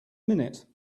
minute